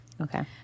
okay